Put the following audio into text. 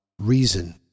reason